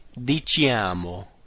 diciamo